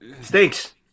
Stinks